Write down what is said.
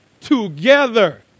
together